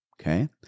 okay